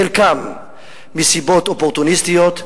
חלקם מסיבות אופורטוניסטיות,